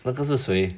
那个是谁